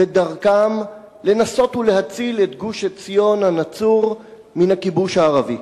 בדרכם לנסות ולהציל את גוש-עציון הנצור מן הכיבוש הערבי.